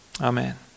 Amen